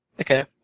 Okay